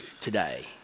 today